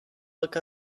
look